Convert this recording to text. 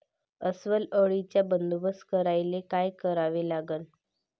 अस्वल अळीचा बंदोबस्त करायले काय करावे लागन?